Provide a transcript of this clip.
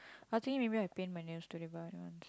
I think maybe I paint my nails today but I want to sleep